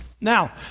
now